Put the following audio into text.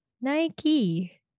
Nike